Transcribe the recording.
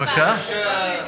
אבל גם אצלך זה יצפצף.